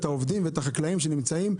את העובדים ואת החקלאים שנמצאים.